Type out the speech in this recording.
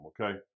Okay